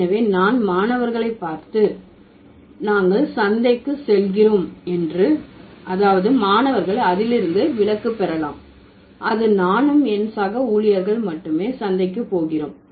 எனவே நான் மாணவர்களை பார்த்து நாங்கள் சந்தைக்கு செல்கிறோம் என்று அதாவது மாணவர்கள் அதிலிருந்து விலக்கு பெறலாம் அது நானும் என் சக ஊழியர்கள் மட்டுமே சந்தைக்கு போகிறோம்